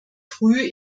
früh